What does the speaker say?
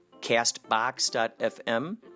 Castbox.fm